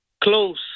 Close